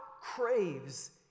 craves